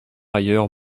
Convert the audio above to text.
ailleurs